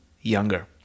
younger